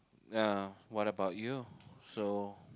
what about you so